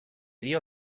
dio